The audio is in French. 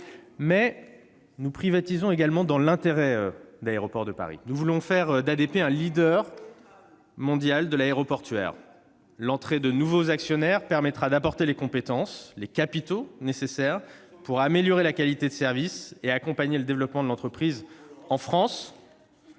! Nous privatisons également dans l'intérêt d'Aéroports de Paris. (Nous voulons faire d'ADP un leader mondial de l'aéroportuaire. L'entrée de nouveaux actionnaires permettra d'apporter les compétences, les capitaux nécessaires pour améliorer la qualité de service et accompagner le développement de l'entreprise en France,